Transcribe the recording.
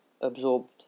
absorbed